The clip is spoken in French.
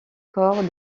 corps